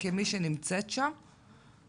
מהמערכת כמי שנמצאת שם?